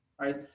right